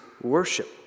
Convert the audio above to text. worship